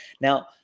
Now